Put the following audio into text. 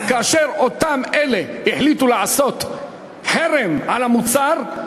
כאשר אותם אלה החליטו לעשות חרם על המוצר,